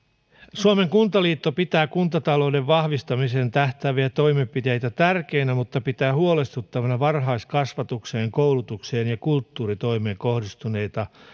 suomen kuntaliitto pitää kuntatalouden vahvistamiseen tähtääviä toimenpiteitä tärkeinä mutta pitää huolestuttavana varhaiskasvatukseen koulutukseen ja kulttuuritoimeen kohdistuneita